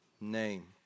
name